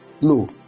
No